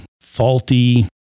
faulty